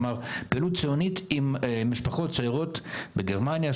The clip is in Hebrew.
פעילות ציונית עם משפחות צעירות בגרמניה,